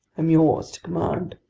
i'm yours to command.